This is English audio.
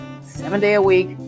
seven-day-a-week